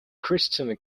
christian